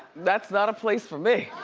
that's not a place for me.